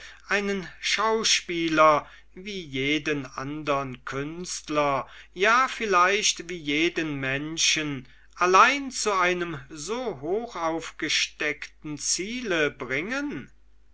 einen schauspieler wie jeden andern künstler ja vielleicht wie jeden menschen allein zu einem so hochaufgesteckten ziele bringen